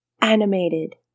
animated